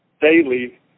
daily